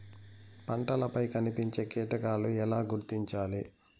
పంటలపై కనిపించే కీటకాలు ఎలా గుర్తించాలి?